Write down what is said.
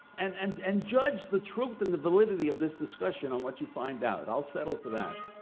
and and and judge the truth in the validity of this discussion on what you find out. i'll settle for that.